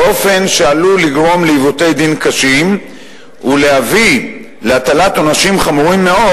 באופן שעלול לגרום לעיוותי דין קשים ולהביא להטלת עונשים חמורים מאוד